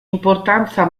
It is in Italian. importanza